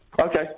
Okay